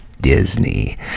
Disney